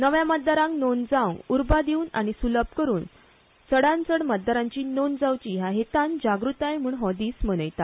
नव्या मतदारांक नोंद जावंक उर्बा दिवन आनी सुलभ करून चडांत चड मतदारांची नोंद जावची हया हेतान जागृताय म्हूण हो दीस मनयतात